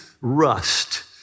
rust